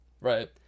Right